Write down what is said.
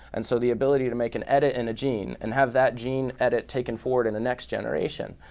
and so the ability to make an edit in a gene and have that gene edit taken forward in the next generation.